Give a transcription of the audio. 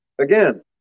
again